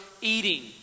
eating